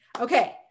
Okay